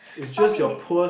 stop it